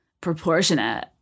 proportionate